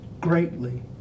greatly